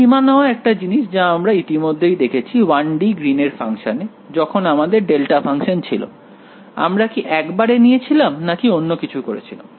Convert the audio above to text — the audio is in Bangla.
সীমা নেওয়া একটি জিনিস যা আমরা ইতিমধ্যেই দেখেছি 1 D গ্রীন এর ফাংশানে যখন আমাদের ডেল্টা ফাংশন ছিল আমরা কি একবারে নিয়েছিলাম নাকি অন্য কিছু করেছিলাম